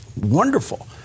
Wonderful